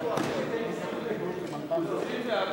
תחבורה ציבורית ביום המנוחה השבועי,